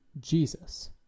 Jesus